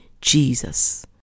Jesus